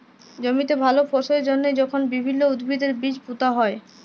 জমিতে ভাল ফললের জ্যনহে যখল বিভিল্ল্য উদ্ভিদের বীজ পুঁতা হ্যয়